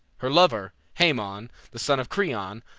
her lover, haemon, the son of creon,